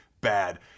bad